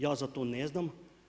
Ja za to ne znam.